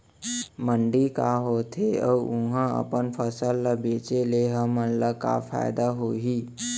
मंडी का होथे अऊ उहा अपन फसल ला बेचे ले हमन ला का फायदा होही?